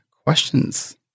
questions